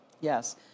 Yes